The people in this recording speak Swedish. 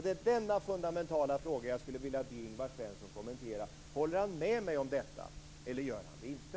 Det är denna fundamentala fråga jag vill att Ingvar Svensson kommenterar. Håller han med mig eller inte?